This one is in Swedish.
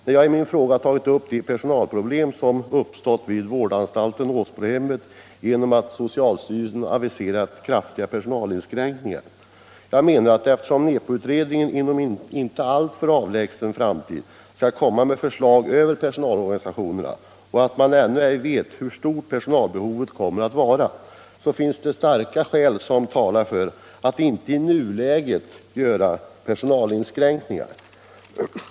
SRV Jag har i min fråga tagit upp de personalproblem som uppstått vid Om den uppsökanvårdanstalten Åsbrohemmet genom att socialstyrelsen aviserat kraftiga de verksamheten personalinskränkningar. Jag menar att, eftersom NEPO-utredningen inom inom socialvården en inte alltför avlägsen framtid skall komma med förslag om personalorganisation och man ännu ej vet hur stort personalbehovet kommer att vara, starka skäl talar för att inte i nuläget göra personalinskränkningar.